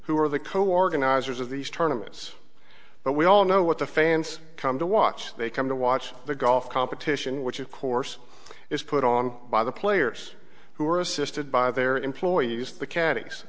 who are the coorg and eyes are these tournaments but we all know what the fans come to watch they come to watch the golf competition which of course is put on by the players who are assisted by their employees the caddies